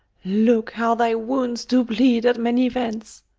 look how thy wounds do bleed at many vents.